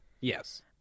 Yes